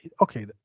okay